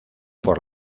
por